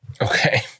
Okay